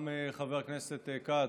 גם חבר הכנסת כץ,